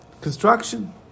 construction